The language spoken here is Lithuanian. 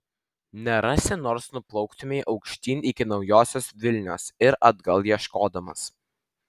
nerasi nors nuplauktumei aukštyn iki naujosios vilnios ir atgal ieškodamas